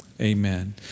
amen